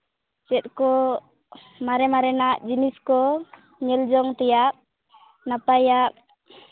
ᱪᱮᱫ ᱠᱚ ᱢᱟᱨᱮ ᱢᱟᱨᱮᱱᱟᱜ ᱡᱤᱱᱤᱥ ᱠᱚ ᱧᱮᱞ ᱡᱚᱝ ᱛᱮᱭᱟᱜ ᱱᱟᱯᱟᱭᱟᱜ